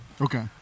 Okay